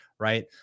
Right